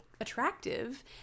attractive